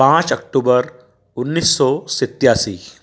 पाँच अक्टूबर उन्नीस सौ सत्तासी